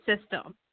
system